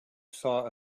saw